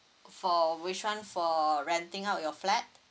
for which one for renting out your flat